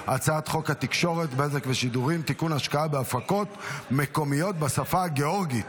הצעת חוק לתיקון פקודת מס הכנסה (קרן השתלמות לחקלאי שומר שמיטה),